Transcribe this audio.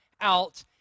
out